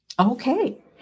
Okay